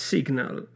Signal